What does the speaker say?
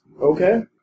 Okay